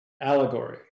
allegory